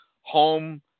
home